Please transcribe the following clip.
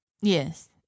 Yes